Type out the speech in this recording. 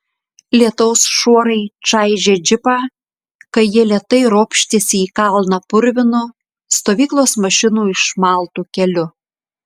lietaus šuorai čaižė džipą kai jie lėtai ropštėsi į kalną purvinu stovyklos mašinų išmaltu keliu